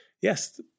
Yes